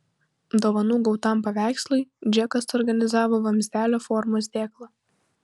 dovanų gautam paveikslui džekas suorganizavo vamzdelio formos dėklą